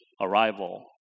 arrival